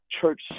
church